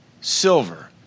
silver